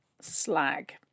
Slag